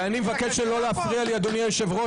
אני מבקש לא להפריע לי, אדוני היושב-ראש.